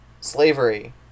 slavery